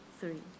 three